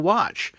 Watch